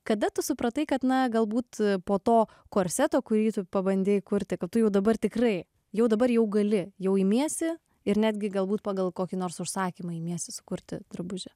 kada tu supratai kad na galbūt po to korseto kurį tu pabandei kurti kad tu jau dabar tikrai jau dabar jau gali jau imiesi ir netgi galbūt pagal kokį nors užsakymą imiesi sukurti drabužį